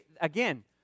Again